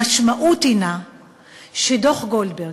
המשמעות היא שדוח גולדברג,